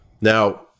Now